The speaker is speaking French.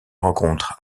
rencontre